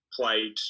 played